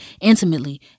intimately